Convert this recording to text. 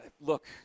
Look